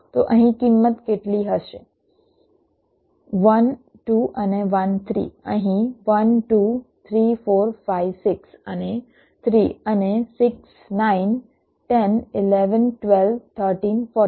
તો અહીં કિંમત કેટલી હશે 1 2 અને 1 3 અહીં 1 2 3 4 5 6 અને 3 અને 6 9 10 11 12 13 14